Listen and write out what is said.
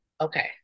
Okay